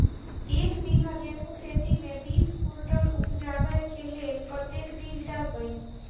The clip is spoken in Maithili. एक बीघा गेंहूँ खेती मे बीस कुनटल उपजाबै केँ लेल कतेक बीज डालबै?